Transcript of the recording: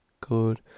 Good